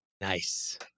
Nice